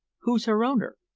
who's her owner?